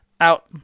out